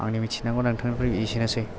आंनि मिथिनांगौआ नोंथांनिफ्राय एसेनोसै